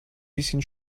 bisschen